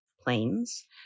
planes